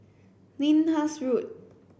Lyndhurst Road